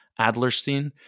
Adlerstein